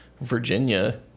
Virginia